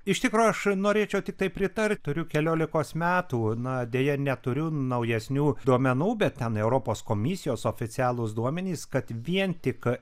iš tikro aš norėčiau tiktai pritarti turiu keliolikos metų na deja neturiu naujesnių duomenų bet ten europos komisijos oficialūs duomenys kad vien tik